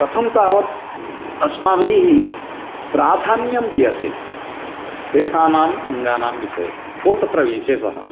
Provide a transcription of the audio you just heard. कथं तावत् अस्माभिः प्राधान्यं दीयते तेषानाम् अङ्गानां विषये को तत्र विशेषः